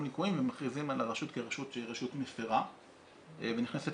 ליקויים ומכריזים על הרשות כרשות מפרה והיא נכנסת